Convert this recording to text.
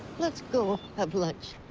let's go have lunch.